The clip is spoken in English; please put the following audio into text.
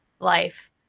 life